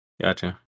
Gotcha